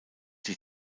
die